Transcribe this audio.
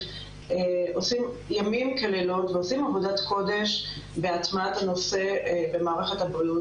עושים ימים כלילות ועושים עבודת קודש בהטמעת הנושא במערכת הבריאות.